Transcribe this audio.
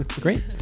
great